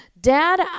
Dad